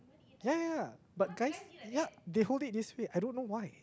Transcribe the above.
ya ya ya but guys ya they hold it this way I don't know why